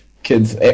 Kids